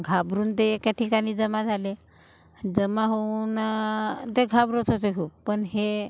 घाबरून ते एका ठिकाणी जमा झाले जमा होऊन ते घाबरत होते खूप पण हे